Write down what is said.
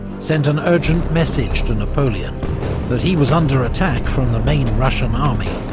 sent an urgent message to napoleon that he was under attack from the main russian army.